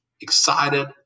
excited